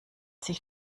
sich